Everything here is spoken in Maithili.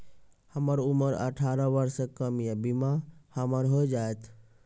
हमर उम्र अठारह वर्ष से कम या बीमा हमर हो जायत?